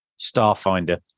Starfinder